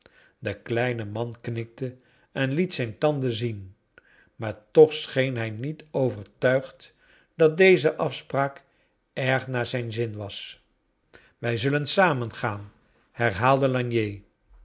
de kleine man knikte en liet zijn tanden zien maar toch scheen hij niet overtuigd dat deze afspraak erg naar zijn zin was wij zullen samen gaan herhaalde